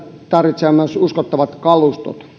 tarvitsee myös uskottavat kalustot